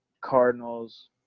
cardinals